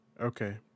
Okay